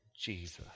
Jesus